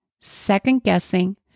second-guessing